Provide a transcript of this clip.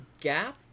gap